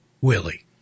Willie